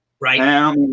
Right